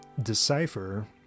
decipher